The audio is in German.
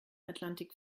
atlantik